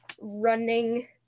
running